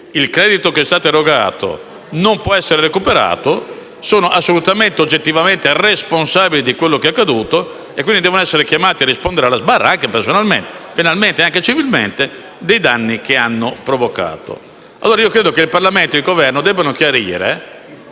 il credito che è stato erogato non può essere recuperato, sono oggettivamente responsabili di quello che è accaduto e devono essere quindi chiamati a rispondere alla sbarra, anche personalmente, penalmente e civilmente, dei danni che hanno provocato. Credo allora che il Parlamento e il Governo debbano chiarire,